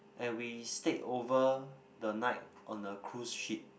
and we stayed over the night on the cruise ship